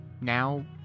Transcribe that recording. now